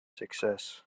success